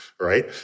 Right